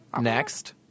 Next